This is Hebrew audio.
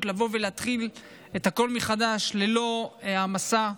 לבוא ולהתחיל את הכול מחדש ללא המשא,